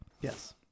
Yes